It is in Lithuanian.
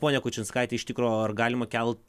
ponia kučinskaite iš tikro ar galima kelt